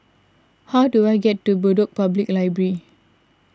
how do I get to Bedok Public Library